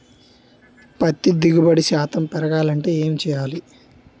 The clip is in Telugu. పత్తి దిగుబడి శాతం పెరగాలంటే ఏంటి చేయాలి?